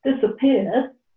disappeared